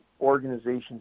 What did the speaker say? organization's